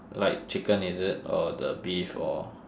like chicken is it or the beef or